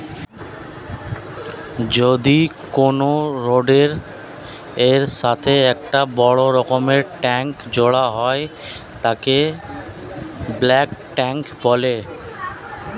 যদি কোনো রডের এর সাথে একটা বড় রকমের ট্যাংক জোড়া হয় তাকে বালক ট্যাঁক বলে